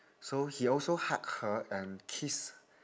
so he also hug her and kiss